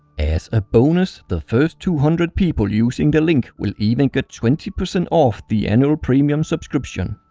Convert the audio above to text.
as a bonus, the first two hundred people using the link will even get twenty percent off the annual premium subscription.